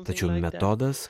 tačiau metodas